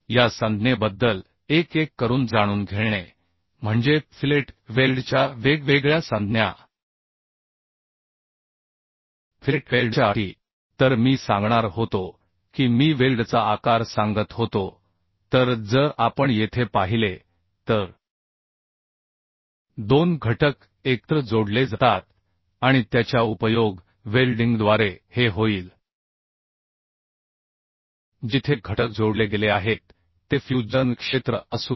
या संज्ञेबद्दल एक एक करून जाणून घेणे म्हणजे फिलेट वेल्डच्या वेगवेगळ्या संज्ञा फिलेट वेल्डच्या अटी तर मी सांगणार होतो की मी वेल्डचा आकार सांगत होतो तर जर आपण येथे पाहिले तर दोन घटक एकत्र जोडले जातात आणि त्याच्या उपयोग वेल्डिंगद्वारे हे होईल जिथे घटक जोडले गेले आहेत ते फ्यूजन क्षेत्र असू द्या